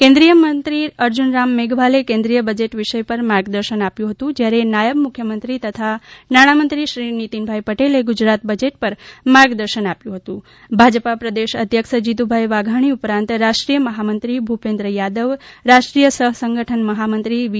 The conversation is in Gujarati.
કેન્દ્રીય મંત્રી અર્જુનરામ મેઘવાલે કેન્દ્રીય બજેટ વિષય પર માર્ગદર્શન આપ્યુ હતું જ્યારે નાયબ મુખ્યમંત્રી તથા નાણામંત્રીશ્રી નીતિનભાઈ પટેલે ગુજરાત બજેટ પર માર્ગદર્શન આપ્યું હતું ભાજપા પ્રદેશ અધ્યક્ષ જીતુભાઈ વાઘાણી ઉપરાંત રાષ્ટ્રીય મહામંત્રી ભુપેન્દ્ર યાદવ રાષ્ટ્રીય સહ સંગઠન મહામંત્રી વી